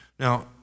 Now